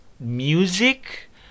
Music